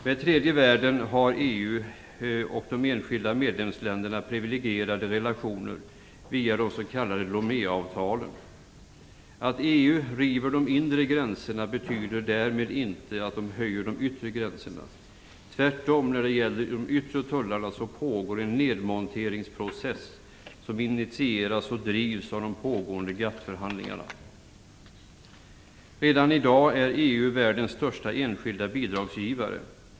Med tredje världen har EU, och de enskilda medlemsländerna, privilegierade relationer via de s.k. Loméavtalen. Att EU river de inre gränserna betyder därmed inte att man höjer de yttre gränserna. Tvärtom pågår i fråga om de yttre tullarna en nedmonteringsprocess, som initieras och drivs av de pågående GATT-förhandlingarna. Redan i dag är EU världens största enskilda bidragsgivare.